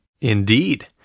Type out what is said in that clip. Indeed